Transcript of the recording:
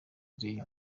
day